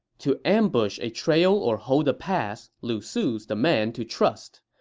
to ambush a trail or hold a pass, lu su's the man to trust.